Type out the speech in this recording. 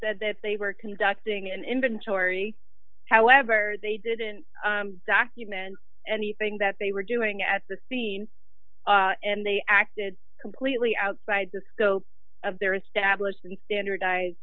said that they were conducting an inventory however they didn't documents anything that they were doing at the scene and they acted completely outside the scope of their establishment standardize